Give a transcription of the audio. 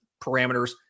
parameters